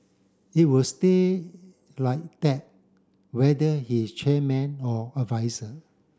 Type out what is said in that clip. it will stay like that whether he is chairman or adviser